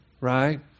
Right